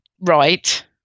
Right